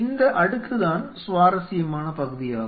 இந்த அடுக்குதான் சுவாரஸ்யமான பகுதியாகும்